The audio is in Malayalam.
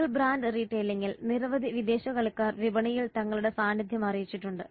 സിംഗിൾ ബ്രാൻഡ് റീട്ടെയിലിംഗിൽ നിരവധി വിദേശ കളിക്കാർ വിപണിയിൽ തങ്ങളുടെ സാന്നിധ്യം അറിയിച്ചിട്ടുണ്ട്